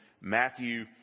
Matthew